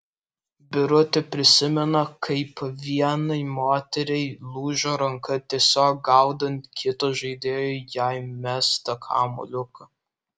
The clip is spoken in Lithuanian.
birutė prisimena kaip vienai moteriai lūžo ranka tiesiog gaudant kito žaidėjo jai mestą kamuoliuką